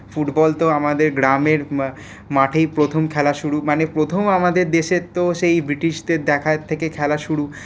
football তো আমাদের গ্রামের মাঠেই প্রথম খেলা শুরু মানে প্রথম আমাদের দেশে তো সেই ব্রিটিশদের দেখা থেকে খেলা শুরু